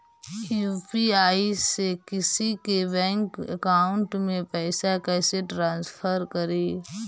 UPI से किसी के बैंक अकाउंट में पैसा कैसे ट्रांसफर करी?